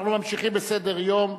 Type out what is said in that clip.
אנחנו ממשיכים בסדר-היום.